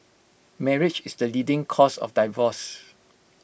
marriage is the leading cause of divorces